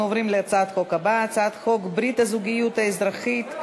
אנחנו עוברים להצעת החוק הבאה: הצעת חוק ברית הזוגיות האזרחית,